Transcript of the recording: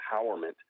empowerment